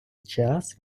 час